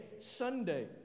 Sunday